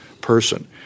person